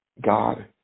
God